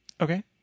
Okay